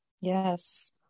Yes